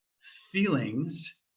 feelings